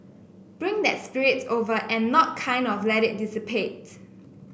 bring that spirit over and not kind of let it dissipate